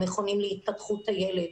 המכונים להתפתחות הילד.